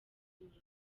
umurozi